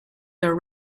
your